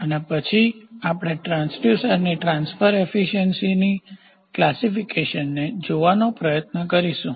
અને પછી અમે ટ્રાંસડ્યુસર્સની ટ્રાન્સફર એફીસીયન્સીકાર્યક્ષમતાના ક્લાસીફિકેશનને જોવાનો પ્રયત્ન કરીશું